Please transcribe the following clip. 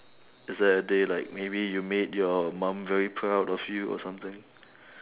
is there a day like maybe you made your mum very proud of you or something